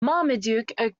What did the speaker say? marmaduke